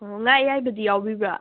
ꯑꯣ ꯉꯥ ꯑꯌꯥꯏꯕꯗꯤ ꯌꯥꯎꯕꯤꯕ꯭ꯔꯥ